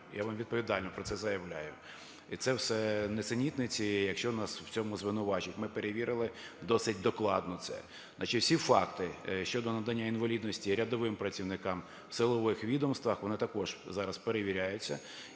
Я вам відповідально про це заявляю. І це все нісенітниці, якщо нас у цьому звинувачують. Ми перевірили досить докладно це. Всі факти щодо надання інвалідності рядовим працівникам у силових відомствах, вони також зараз перевіряються.